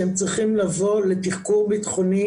ואנחנו צריכים לקבל את הבקשות מהם בצורה מסודרת ולא לעקוף